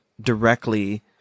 directly